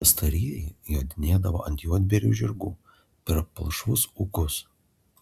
pastarieji jodinėdavo ant juodbėrių žirgų per palšvus ūkus